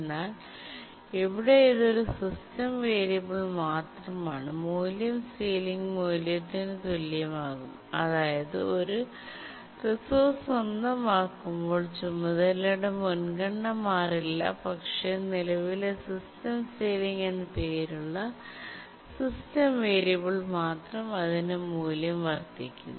എന്നാൽ ഇവിടെ ഇത് ഒരു സിസ്റ്റം വേരിയബിൾ മാത്രമാണ് മൂല്യം സീലിംഗ് മൂല്യത്തിന് തുല്യമാകും അതായത് ഒരു റിസോഴ്സ് സ്വന്തമാക്കുമ്പോൾ ചുമതലയുടെ മുൻഗണന മാറില്ല പക്ഷേ നിലവിലെ സിസ്റ്റം സീലിംഗ് എന്ന് പേരുള്ള സിസ്റ്റം വേരിയബിൾ മാത്രം അതിന്റെ മൂല്യം വർദ്ധിക്കുന്നു